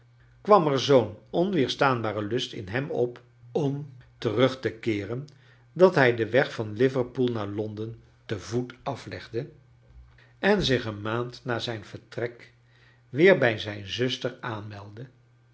kwam er zoo'n onweerstaanbare lust in hem op om terug te keeren dat hij den weg van liverpool naar londen te voet aflcgde en zich een maand na zijn vertrek weer bij zijn zuster aanmeldde